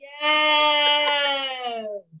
yes